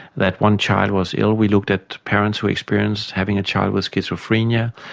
that one child was ill'. we looked at parents who experienced having a child with schizophrenia,